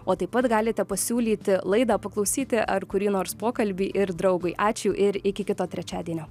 o taip pat galite pasiūlyti laidą paklausyti ar kurį nors pokalbį ir draugui ačiū ir iki kito trečiadienio